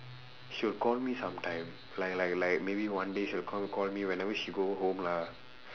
she'll call me sometime like like like maybe one day she'll come call me whenever she go home lah